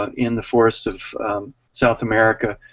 um in the forests of south america,